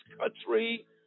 country